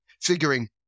figuring